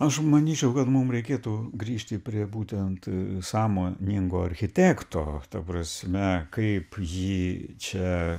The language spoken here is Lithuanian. aš manyčiau kad mum reikėtų grįžti prie būtent sąmoningo architekto ta prasme kaip jį čia